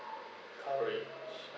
coverage